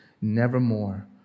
nevermore